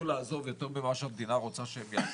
לעזוב יותר ממה שהמדינה רוצה שהם יעזבו.